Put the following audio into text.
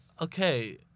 okay